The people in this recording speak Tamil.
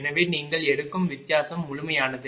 எனவே நீங்கள் எடுக்கும் வித்தியாசம் முழுமையானது